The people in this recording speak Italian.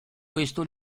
questo